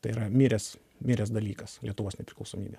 tai yra miręs miręs dalykas lietuvos nepriklausomybė